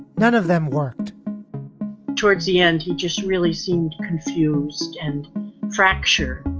none of them worked towards the end he just really seemed confused and fracture.